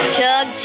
Chug